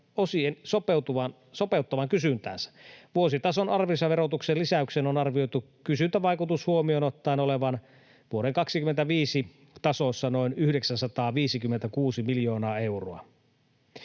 osin sopeuttavan kysyntäänsä. Vuositason arvonlisäverotuksen lisäyksen on arvioitu kysyntävaikutus huomioon ottaen olevan vuoden 25 tasossa noin 956 miljoonaa euroa.